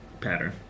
pattern